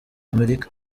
amerika